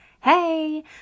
Hey